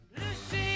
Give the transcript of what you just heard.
Lucy